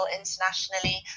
internationally